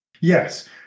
Yes